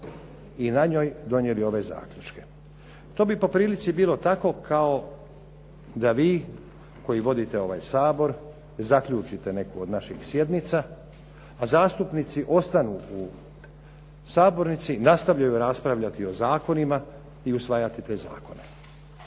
i na njoj donijeli ove zaključke. To bi po prilici bilo tako kao da vi koji vodite ovaj Sabor zaključite neku od naših sjednica, a zastupnici ostanu u sabornici i nastavljaju raspravljati o zakonima i usvajati te zakone.